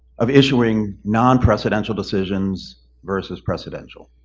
of issuing non presidential decisions versus presidential.